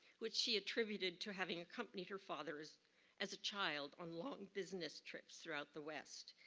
which she attributed to having accompanied her father as as a child on long business trips throughout the west.